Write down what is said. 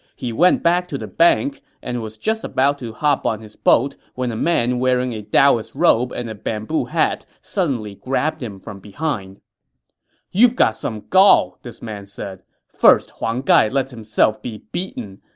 he went back to the bank and was just about to hop on his boat when a man wearing a daoist robe and a bamboo hat suddenly grabbed him from behind you've got some gall, this man said. first huang gai lets himself be beaten,